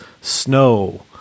snow